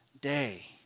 day